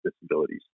disabilities